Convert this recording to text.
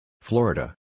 Florida